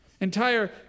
Entire